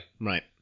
Right